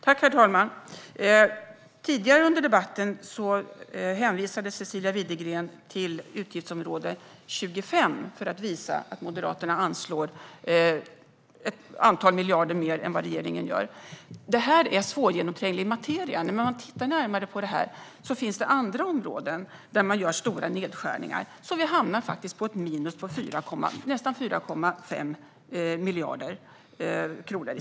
Herr talman! Tidigare under debatten hänvisade Cecilia Widegren till utgiftsområde 25 för att visa att Moderaterna anslår ett antal miljarder mer än vad regeringen gör. Det här är svårgenomtränglig materia, men vid närmare anblick finns det andra områden där man gör stora nedskärningar. Sammantaget blir det i stället ett minus på nästan 4,5 miljarder kronor.